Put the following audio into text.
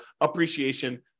appreciation